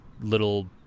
little